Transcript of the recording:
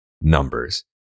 numbers